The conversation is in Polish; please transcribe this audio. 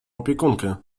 opiekunkę